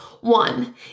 One